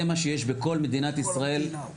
זה מה שיש בכל מדינת ישראל,